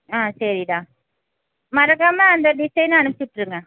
ஆ சரிடா மறக்காமல் அந்த டிசைனை அனுப்பிட்ருங்க